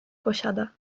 posiada